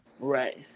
Right